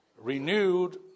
renewed